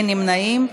אין נמנעים.